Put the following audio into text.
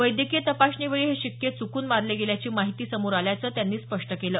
वैद्यकीय तपासणीवेळी हे शिक्के चुकून मारले गेल्याची माहिती समोर आल्याचं त्यांनी स्पष्ट केलं